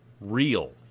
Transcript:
real